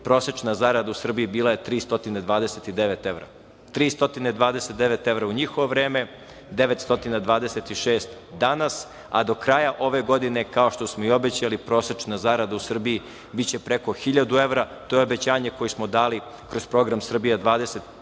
prosečna zarada u Srbiji bila je 329 evra, u njihovo vreme, a 926 evra danas, a do kraja ove godine, kao što smo i obećali prosečna zarada u Srbiji biće preko 1000 evra i to je obećanje koje smo dali kroz program Srbije